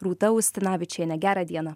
rūta ustinavičiene gerą dieną